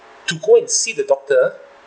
to go and see the doctor